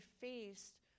faced